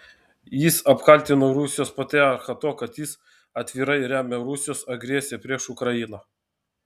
jis apkaltino rusijos patriarchą tuo kad jis atvirai remia rusijos agresiją prieš ukrainą